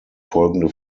folgende